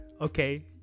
okay